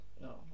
No